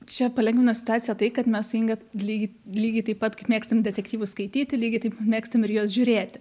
čia palengvina situaciją tai kad mes su inga lygiai lygiai taip pat kaip mėgstam detektyvus skaityti lygiai taip mėgstam ir juos žiūrėti